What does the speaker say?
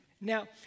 Now